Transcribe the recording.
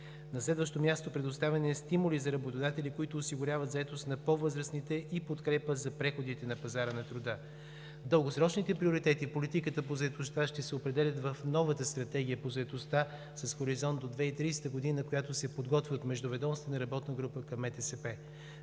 На следващо място – предоставяне на стимули за работодатели, които осигуряват заетост на по-възрастните и подкрепа за преходите на пазара на труда. Дългосрочните приоритети, политиката по заетостта ще се определят в новата стратегия по заетостта с хоризонт до 2030 г., която се подготвя от междуведомствена работна група към